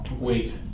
Wait